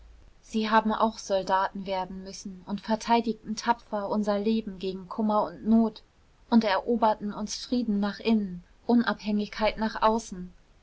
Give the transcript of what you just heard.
sie haben auch soldaten werden müssen und verteidigten tapfer unser leben gegen kummer und not und eroberten uns frieden nach innen unabhängigkeit nach außen